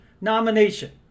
nomination